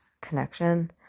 connection